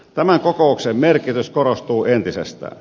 tämän kokouksen merkitys korostuu entisestään